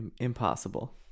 impossible